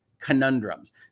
conundrums